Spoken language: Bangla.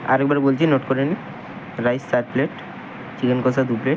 আর একবার বলছি নোট করে নিন রাইস চার প্লেট চিকেন কষা দু প্লেট